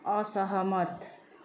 असहमत